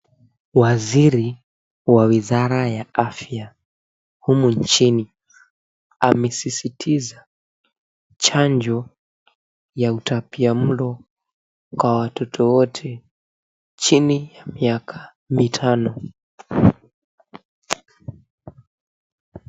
Waziri wa wizara ya afya humu nchini amesisitiza chanjo ya utapiamlo kwa watoto wote chini ya miaka mitano.